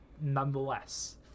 nonetheless